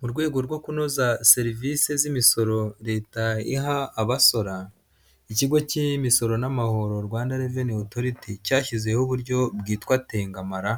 Mu rwego rwo kunoza serivisi z'imisoro leta iha abasora, ikigo cy'imisoro n'amahoro Rwanda Revenue Authority, cyashyizeho uburyo bwitwa tengamara,